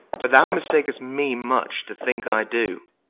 but thou mistakes me much to thinke i do,